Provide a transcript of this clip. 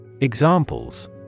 Examples